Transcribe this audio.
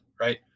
right